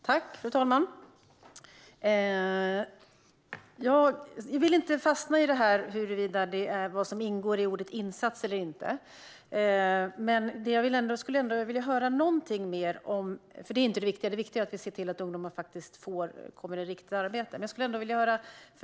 Fru talman! Jag vill inte fastna i vad som ingår i ordet insats eller inte. Det är inte det viktiga, utan det viktiga är att vi ser till att ungdomar kommer i riktigt arbete.